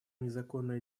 незаконная